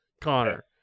Connor